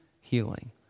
healing